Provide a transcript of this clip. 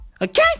okay